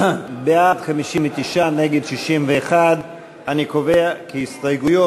בעד, 59, נגד, 61. אני קובע כי סעיף,